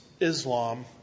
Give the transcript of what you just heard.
Islam